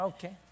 Okay